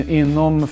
inom